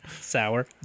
Sour